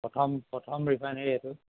প্ৰথম প্ৰথম ৰিফাইনেৰী সেইটো